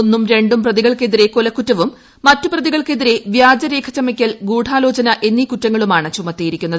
ഒന്നും പ്രതികൾക്കെതിരെ കൊലക്കുറ്റവും മറ്റുപ്രതികൾക്കെതിരെ വ്യാജരേഖ ചമയ്ക്കൽ ഗൂഢാലോചന എന്നീ കുറ്റങ്ങളുമാണ് ചുമത്തിയിരിക്കുന്നത്